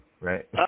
right